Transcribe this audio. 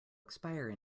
expire